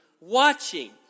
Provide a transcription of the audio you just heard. watching